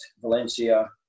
Valencia